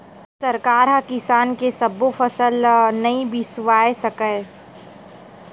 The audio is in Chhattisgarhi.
सरकार ह किसान के सब्बो फसल ल नइ बिसावय सकय